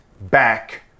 back